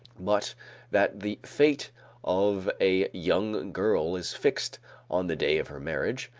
but that the fate of a young girl is fixed on the day of her marriage.